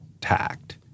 tact